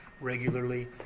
regularly